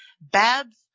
Babs